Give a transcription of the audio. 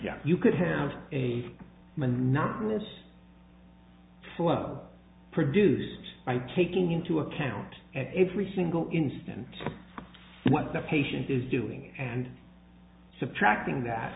you could have a monotonous slow produced by taking into account every single instant what the patient is doing and subtracting that